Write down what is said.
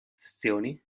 sezioni